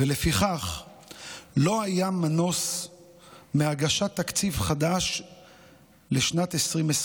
ולפיכך לא היה מנוס מהגשת תקציב חדש לשנת 2023,